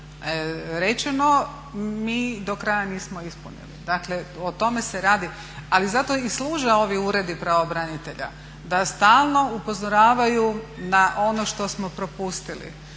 rečeno mi do kraja nismo ispunili. Dakle, o tome se radi. Ali zato i služe ovi uredi pravobranitelja. Da stalno upozoravaju na ono što smo propustili.